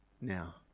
now